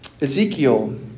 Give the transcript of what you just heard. Ezekiel